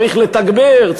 צריך לתגבר,